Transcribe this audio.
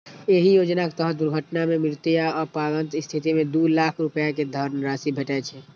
एहि योजनाक तहत दुर्घटना मे मृत्यु आ अपंगताक स्थिति मे दू लाख रुपैया के धनराशि भेटै छै